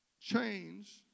Change